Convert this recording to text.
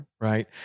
right